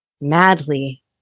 madly